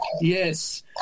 Yes